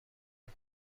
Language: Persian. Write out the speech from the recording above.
خوب